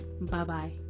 Bye-bye